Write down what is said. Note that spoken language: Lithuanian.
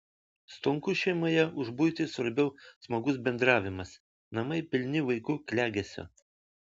stonkų šeimoje už buitį svarbiau smagus bendravimas namai pilni vaikų klegesio